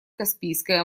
каспийское